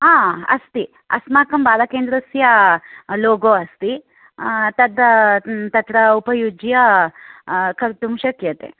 अस्ति अस्माकं बालकेन्द्रस्य लोगो अस्ति तद् तत्र उपयुज्य कर्तुं शक्यते